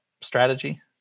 strategy